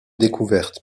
découverte